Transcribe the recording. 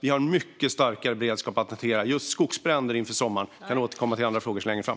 Vi har mycket starkare beredskap att hantera just skogsbränder inför sommaren. Jag kan återkomma till andra frågor längre fram.